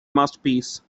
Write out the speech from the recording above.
masterpiece